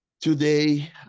Today